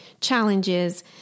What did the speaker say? challenges